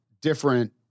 different